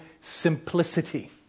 simplicity